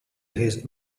his